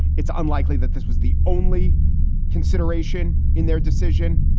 it's unlikely that this was the only consideration in their decision.